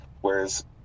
whereas